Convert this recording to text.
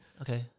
okay